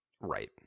Right